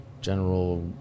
general